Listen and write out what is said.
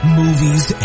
movies